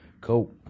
Cool